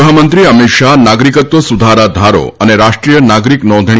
ગૃહમંત્રી અમિત શાહ નાગરિકત્વ સુધારા ધારો અને રાષ્ટ્રીય નાગરિક નોંધણી